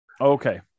Okay